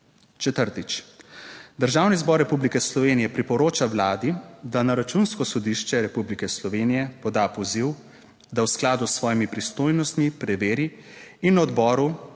Četrtič: Državni zbor Republike Slovenije priporoča Vladi, da na Računsko sodišče Republike Slovenije poda poziv, da v skladu s svojimi pristojnostmi preveri in odboru